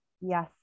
Yes